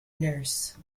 nurse